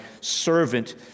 servant